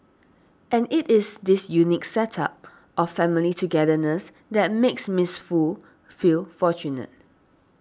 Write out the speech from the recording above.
and it is this unique set up of family togetherness that makes Miss Foo feel fortunate